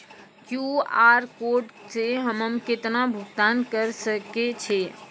QR code से हम्मय केतना भुगतान करे सके छियै?